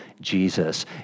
Jesus